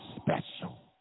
special